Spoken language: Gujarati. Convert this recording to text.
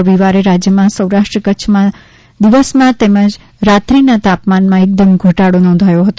રવિવારે રાજયમાં સૌરાષ્ટ્ર કચ્છમાં દિવસના તેમજ રાત્રીના તાપમાનમાં એકદમ ઘટાડી નોંધાયો હતો